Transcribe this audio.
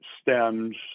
stems